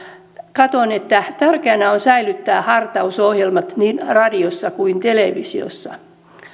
katson että tärkeää on säilyttää hartausohjelmat niin radiossa kuin televisiossa